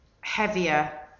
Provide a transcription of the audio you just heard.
heavier